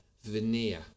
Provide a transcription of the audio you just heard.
veneer